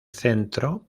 centro